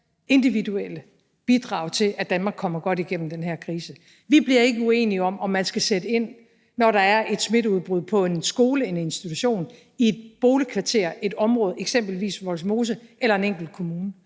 individuelle bidrag til, at Danmark kommer godt igennem den her krise. Vi bliver ikke uenige om, om man skal sætte ind, når der er et smitteudbrud på en skole, en institution, i et boligkvarter, i et område, eksempelvis Vollsmose, eller en enkelt kommune.